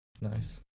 nice